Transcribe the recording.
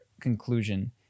conclusion